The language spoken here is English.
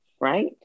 right